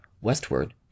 Westward